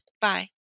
Bye